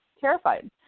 terrified